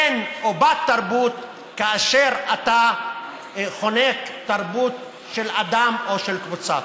בן או בת תרבות כאשר אתה חונק תרבות של אדם או של קבוצה.